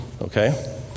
Okay